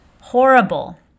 horrible